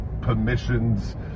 permissions